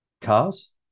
cars